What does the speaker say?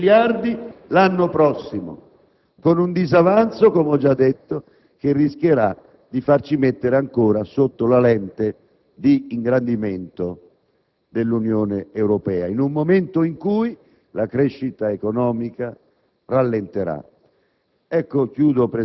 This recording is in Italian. a 760 quest'anno e a 800-810 miliardi l'anno prossimo, con un disavanzo - come ho già detto - che rischierà di porci ancora sotto la lente di ingrandimento